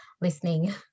listening